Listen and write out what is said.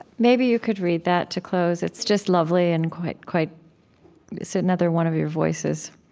maybe you could read that to close. it's just lovely and quite quite it's another one of your voices